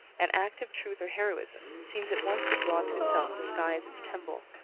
an act of truth or heroism seems at once to draw to itself the sky as its temple,